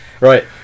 Right